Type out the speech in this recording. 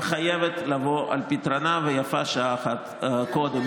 היא חייבת לבוא על פתרונה ויפה שעה אחת קודם.